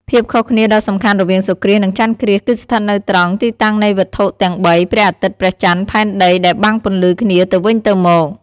ភាពខុសគ្នាដ៏សំខាន់រវាងសូរ្យគ្រាស និងចន្ទគ្រាស គឺស្ថិតនៅត្រង់ ទីតាំងនៃវត្ថុទាំងបី ព្រះអាទិត្យ ព្រះចន្ទ ផែនដី ដែលបាំងពន្លឺគ្នាទៅវិញទៅមក ។